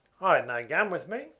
i had no gun with me,